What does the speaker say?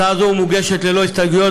הצעת החוק מוגשת ללא הסתייגויות,